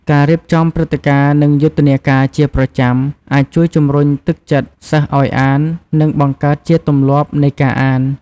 ការរៀបចំព្រឹត្តិការណ៍ និងយុទ្ធនាការជាប្រចាំ អាចជួយជំរុញទឹកចិត្តសិស្សឱ្យអាន និងបង្កើតជាទម្លាប់នៃការអាន។